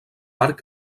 arc